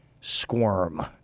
squirm